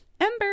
Ember